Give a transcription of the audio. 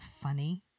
funny